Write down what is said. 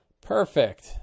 Perfect